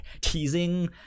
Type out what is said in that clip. teasing